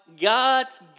God's